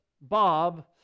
Bob